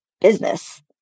business